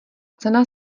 cena